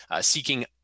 seeking